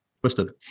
twisted